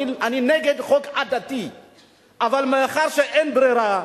אני נגד חוק עדתי אבל מאחר שאין ברירה,